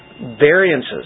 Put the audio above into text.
variances